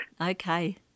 Okay